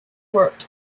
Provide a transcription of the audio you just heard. worked